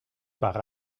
par